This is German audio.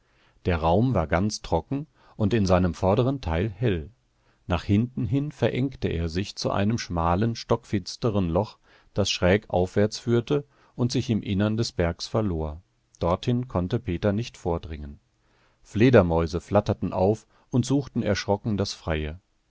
der raum war ganz trocken und in seinem vorderen teil hell nach hinten verengte er sich zu einem schmalen stockfinsteren loch das schräg aufwärts führte und sich im innern des bergs verlor dorthin konnte peter nicht vordringen fledermäuse flatterten auf und suchten erschrocken das freie